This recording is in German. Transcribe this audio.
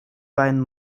weinen